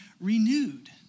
renewed